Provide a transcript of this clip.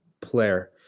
player